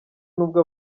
nubwo